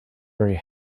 very